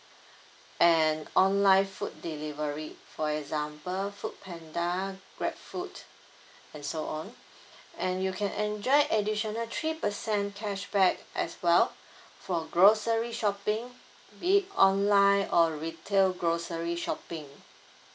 and online food delivery for example FoodPanda Grabfood and so on and you can enjoy additional three percent cashback as well for grocery shopping be it online or retail grocery shopping